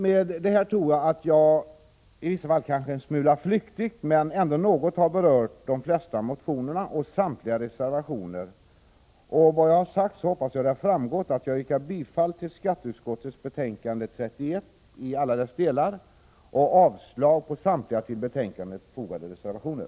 Med detta har jag, i vissa fall kanske en smula flyktigt men ändå något, berört de flesta motionerna och samtliga reservationer. Jag hoppas att det har framgått att jag yrkar bifall till hemställan i skatteutskottets betänkande 31 i alla delar och avslag på samtliga till betänkandet fogade reservationer.